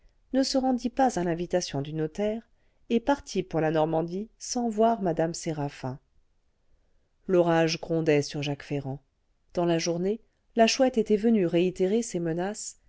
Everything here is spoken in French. ne se rendit pas à l'invitation du notaire et partit pour la normandie sans voir mme séraphin l'orage grondait sur jacques ferrand dans la journée la chouette était venue réitérer ses menaces